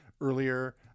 earlier